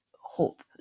hope